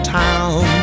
town